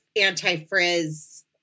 anti-frizz